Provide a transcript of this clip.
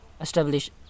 establish